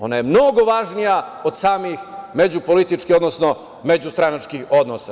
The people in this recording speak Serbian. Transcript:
Ona je mnogo važnija od samih međupolitičkih, odnosno međustranačkih odnosa.